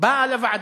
באה לוועדה,